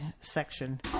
section